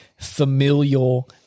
familial